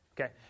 Okay